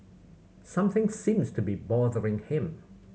something seems to be bothering him